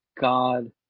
God